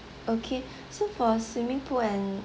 okay so for swimming pool and